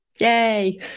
Yay